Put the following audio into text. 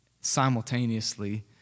simultaneously